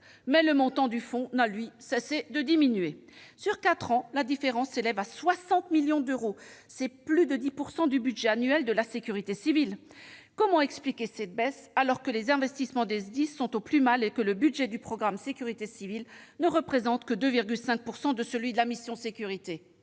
mais le montant du fonds n'a, quant à lui, cessé de diminuer. Sur quatre ans, la différence s'élève à 60 millions d'euros, soit plus de 10 % du budget annuel de la sécurité civile. Comment expliquer cette baisse, alors que les investissements des SDIS sont au plus mal et que le budget du programme « Sécurité civile » ne représente que 2,5 % de celui de la mission « Sécurités